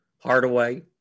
Hardaway